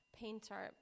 painter